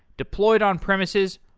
deployed on premises,